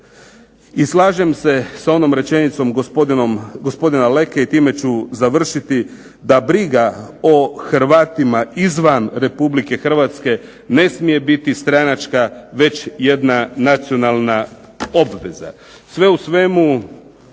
I slažem se sa onom rečenicom gospodina Leke i time ću završiti, da briga o Hrvatima izvan RH ne smije biti stranačka već jedna nacionalna obveza. Sve u svemu